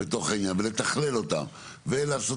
בתוך העניין ולתכלל אותם, ולעשות